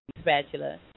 spatula